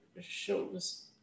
shows